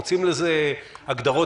מוצאים לזה הגדרות.